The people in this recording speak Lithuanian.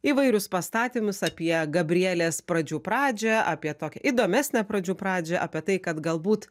įvairius pastatymus apie gabrielės pradžių pradžią apie tokią įdomesnę pradžių pradžią apie tai kad galbūt